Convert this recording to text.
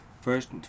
First